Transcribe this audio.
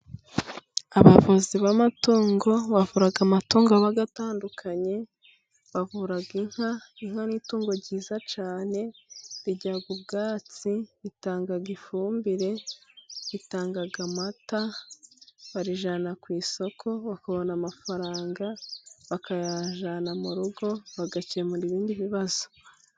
Abavuzi b'amatungo bavura amatungo bagatandukanye, bavuraga inka. inka ni itungo ryiza cyane rirya ubwatsi, ritanga ifumbire, ritanga amata, barijyana ku isoko bakabona amafaranga, bakayajyana mu rugo bagakemura ibindi bibazo.